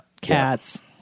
cats